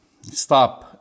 stop